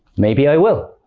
maybe i will!